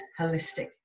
Holistic